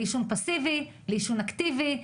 לעישון פאסיבי ואקטיבי,